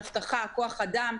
אבטחה וכוח אדם.